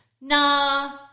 nah